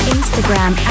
Instagram